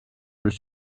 durch